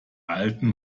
alten